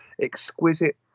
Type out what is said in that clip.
exquisite